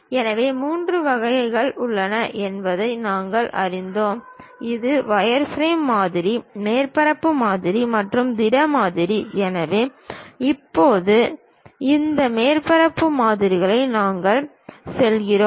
எனவே மூன்று வகைகள் உள்ளன என்பதை நாங்கள் அறிந்தோம் ஒரு வயர்ஃப்ரேம் மாதிரி மேற்பரப்பு மாதிரிகள் மற்றும் திட மாதிரிகள் எனவே இப்போது இந்த மேற்பரப்பு மாதிரிகளுக்கு நாங்கள் செல்கிறோம்